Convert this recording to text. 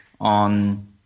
on